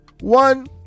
One